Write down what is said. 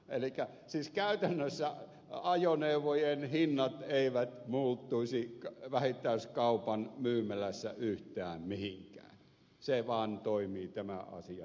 elikkä siis käytännössä ajoneuvojen hinnat eivät muuttuisi vähittäiskaupan myymälässä yhtään mihinkään se vaan toimii tämä asia näin